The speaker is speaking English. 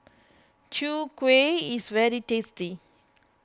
Chwee Kueh is very tasty